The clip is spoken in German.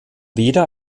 weder